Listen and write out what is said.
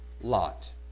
Lot